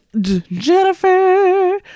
jennifer